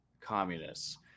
communists